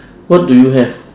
what do you have